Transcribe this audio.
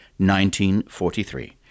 1943